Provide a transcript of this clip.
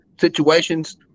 situations